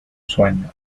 sueño